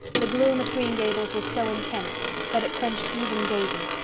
the gloom at green gables was so intense that it quenched even davy.